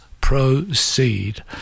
Proceed